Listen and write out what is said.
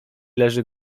leży